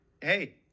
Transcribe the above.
Hey